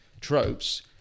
tropes